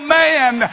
man